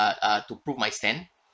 uh uh to prove my stand